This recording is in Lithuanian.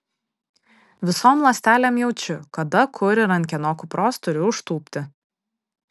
visom ląstelėm jaučiu kada kur ir ant kieno kupros turiu užtūpti